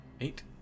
Eight